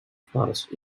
forest